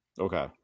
Okay